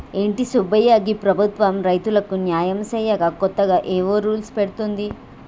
ఏంటి సుబ్బయ్య గీ ప్రభుత్వం రైతులకు న్యాయం సేయక కొత్తగా ఏవో రూల్స్ పెడుతోంది